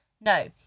No